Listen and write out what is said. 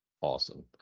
awesome